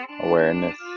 awareness